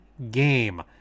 game